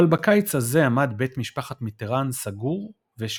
אבל בקיץ הזה עמד בית משפחת מיטראן סגור ושקט.